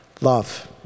love